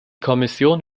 kommission